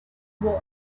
board